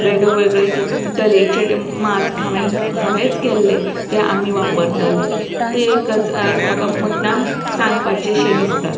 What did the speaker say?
वेगवेगळे तरेचे मास्क हांवेन हांवेच केल्ले जे आमी वापरताले तें एकच म्हाका मुद्दाम सांगपाचें अशें दिसता